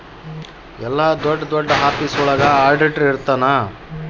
ಎಲ್ಲ ದೊಡ್ಡ ದೊಡ್ಡ ಆಫೀಸ್ ಒಳಗ ಆಡಿಟರ್ ಇರ್ತನ